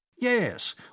yes